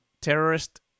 terrorist